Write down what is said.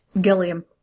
Gilliam